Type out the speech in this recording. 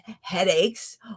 headaches